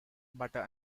butter